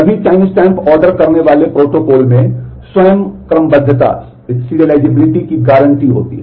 सभी timestamp order करने वाले प्रोटोकॉल में स्वयं क्रमबद्धता हैं